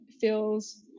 feels